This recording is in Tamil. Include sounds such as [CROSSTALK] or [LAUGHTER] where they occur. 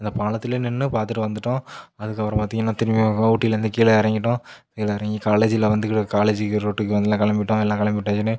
அந்த பாலத்தில் நின்று பார்த்துட்டு வந்துட்டோம் அதுக்கப்புறம் பார்த்திங்கன்னா திரும்பி நாங்க ஊட்டிலேருந்து கீழ இறங்கிட்டோம் கீழே இறங்கி காலேஜில் வந்து காலேஜிக்கு ரூட்டுக்கு எல்லாம் கிளம்பிட்டோம் எல்லாம் கிளம்பி [UNINTELLIGIBLE]